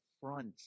front